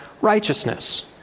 righteousness